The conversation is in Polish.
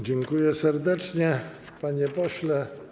Dziękuję serdecznie, panie pośle.